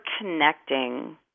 connecting